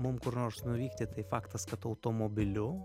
mum kur nors nuvykti tai faktas kad automobiliu